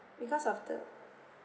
because of the